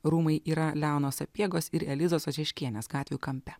rūmai yra leono sapiegos ir elizos ožeškienės gatvių kampe